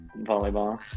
volleyball